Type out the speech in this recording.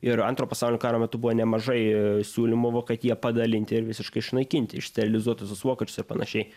ir antro pasaulinio karo metu buvo nemažai siūlymų vokietiją padalinti ir visiškai išnaikinti išsterilizuot visus vokiečius ir panašiai